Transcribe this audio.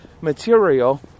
material